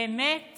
באמת